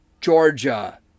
Georgia